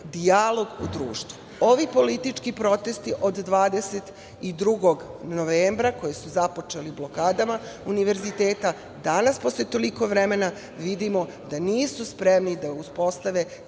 dijalog u društvu. Ovi politički protesti od 22. novembra, koji su započeli blokadama univerziteta, danas posle toliko vremena vidimo da nisu spremni da uspostave